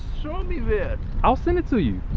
so me where! i'll send it to you.